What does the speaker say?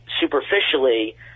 superficially